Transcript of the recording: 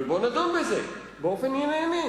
אבל בואו נדון בזה באופן ענייני.